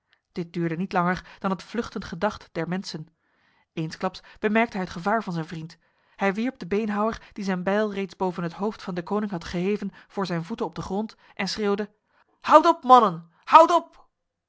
dit duurde niet langer dan het vluchtend gedacht der mensen eensklaps bemerkte hij het gevaar van zijn vriend hij wierp de beenhouwer die zijn bijl reeds boven het hoofd van deconinck had geheven voor zijn voeten op de grond en schreeuwde houdt op mannen houdt op